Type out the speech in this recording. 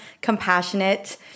compassionate